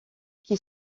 qui